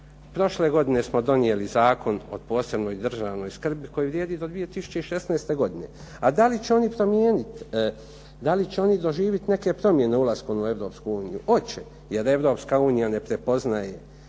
Prošle godine smo donijeli Zakon o posebnoj državnoj skrbi koji vrijedi do 2016. godine, a da li će oni promijeniti, da li će oni doživjet neke promjene u EU? Hoće, jer EU ne prepoznaje